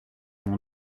mon